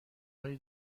های